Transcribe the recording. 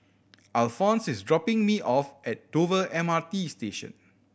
Alfonse is dropping me off at Dover M R T Station